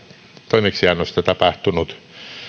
toimeksiannosta tapahtunut